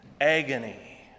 agony